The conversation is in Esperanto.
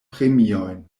premiojn